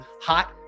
hot